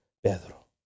Pedro